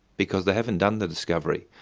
because they haven't done the discovery,